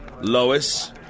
Lois